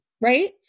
right